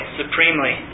supremely